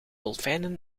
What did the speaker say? dolfijnen